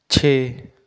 ਛੇ